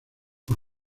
por